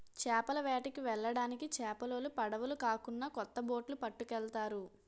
చేపల వేటకి వెళ్ళడానికి చేపలోలు పడవులు కాకున్నా కొత్త బొట్లు పట్టుకెళ్తారు